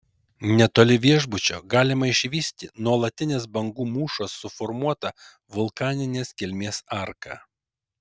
netoli viešbučio galima išvysti nuolatinės bangų mūšos suformuotą vulkaninės kilmės arką